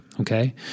Okay